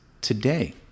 today